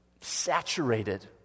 saturated